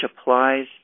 applies